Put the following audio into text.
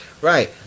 right